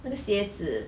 那个鞋子